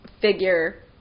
figure